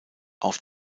auf